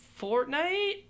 Fortnite